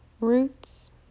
roots